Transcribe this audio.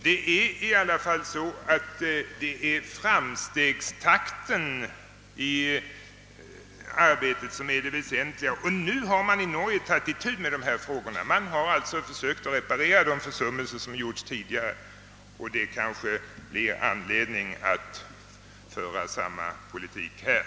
Det är ändå framstegstakten i arbetet som är det väsentliga, och nu har man tagit itu med vägfrågorna i Norge och försökt rätta till tidigare försummelser. Det är kanske anledning att föra samma politik här.